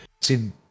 see